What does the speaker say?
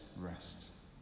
rest